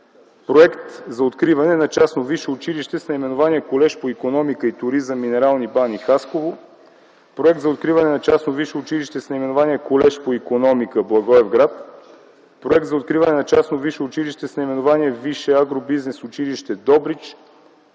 проект за откриване на частно висше училище с наименование Колеж по икономика и туризъм – Минерални бани, Хасково, проект за откриване на частно висше училище с наименование Колеж по икономика – Благоевград, проект за откриване на частно висше училище с наименование Висше агробизнес училище – Добрич,